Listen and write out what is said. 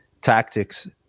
tactics